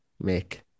make